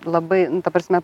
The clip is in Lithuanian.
labai ta prasme